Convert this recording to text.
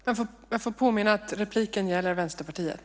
Jag får påminna om att repliken gäller Vänsterpartiet.